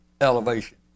elevation